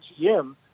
GM